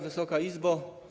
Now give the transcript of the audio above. Wysoka Izbo!